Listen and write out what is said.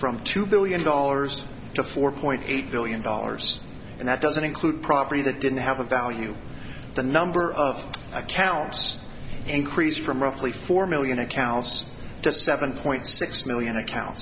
from two billion dollars to four point eight billion dollars and that doesn't include property that didn't have a value the number of accounts increased from roughly four million accounts to seven point six million account